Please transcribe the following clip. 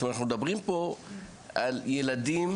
אנחנו מדברים פה על ילדים,